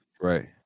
Right